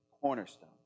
cornerstone